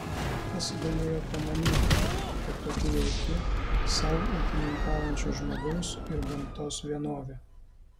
kas galėjo pamanyti kad tokia jauki sau ūkininkaujančio žmogaus ir gamtos vienovė